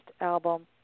album